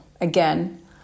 again